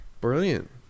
Brilliant